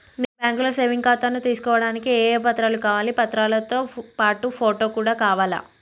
మీ బ్యాంకులో సేవింగ్ ఖాతాను తీసుకోవడానికి ఏ ఏ పత్రాలు కావాలి పత్రాలతో పాటు ఫోటో కూడా కావాలా?